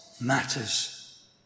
matters